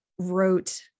wrote